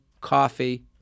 coffee